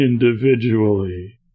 individually